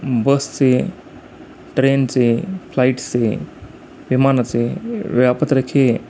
बसचे ट्रेनचे फ्लाईटचे विमानचे वेळापत्रक हे